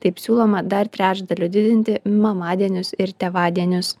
taip siūloma dar trečdaliu didinti mamadienius ir tėvadienius